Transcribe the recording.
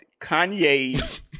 Kanye